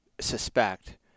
suspect